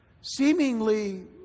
seemingly